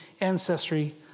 ancestry